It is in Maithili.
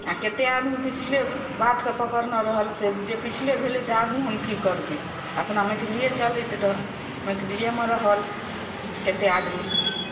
आ कते आदमी पिछले बातके पकड़ने रहल से जे पिछले भेलै से आगू हम की करबै अपना मैथिलिये चलैत रह मैथिलियेमे रहल कते आदमी